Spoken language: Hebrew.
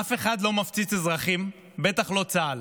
אף אחד לא מפציץ אזרחים, בטח לא צה"ל.